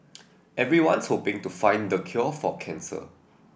everyone's hoping to find the cure for cancer